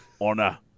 Honor